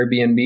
Airbnb